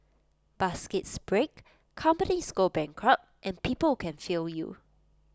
baskets break companies go bankrupt and people can fail you